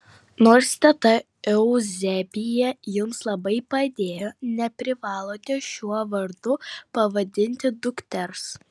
nors teta euzebija jums labai padėjo neprivalote šiuo vardu pavadinti dukters